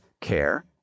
care